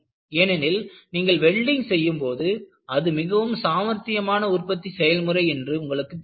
ஏனெனில் நீங்கள் வெல்டிங் செய்யும்போது அது மிகவும் சாமர்த்தியமான உற்பத்தி செயல்முறை என்று உங்களுக்குத் தெரியும்